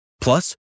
Plus